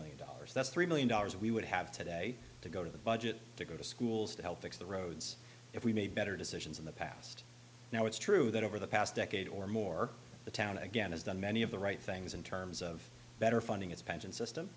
billion dollars that's three million dollars we would have today to go to the budget to go to schools to help fix the roads if we made better decisions in the past now it's true that over the past decade or more the town again has done many of the right things in terms of better funding its pension system